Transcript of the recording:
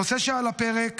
הנושא שעל הפרק